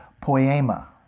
poema